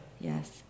Yes